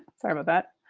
sorry about that.